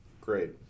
Great